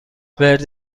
ورد